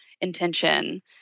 intention